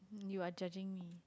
um you are judging me